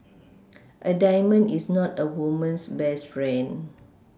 a diamond is not a woman's best friend